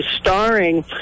starring